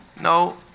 No